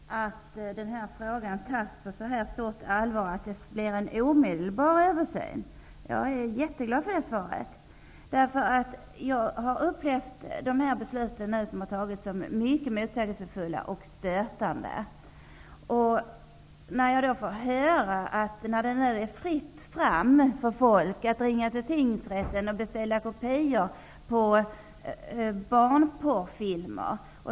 Herr talman! Det är ett mycket glädjande besked att frågan tas på så pass stort allvar och att det skall ske en omedelbar översyn. Jag är jätteglad för det svaret. Jag har upplevt de beslut som har fattats som mycket motsägelsefulla och stötande. Nu får man höra att det är fritt fram för folk att ringa till tingsrätten och beställa kopior på barnporrfilmer.